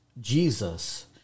jesus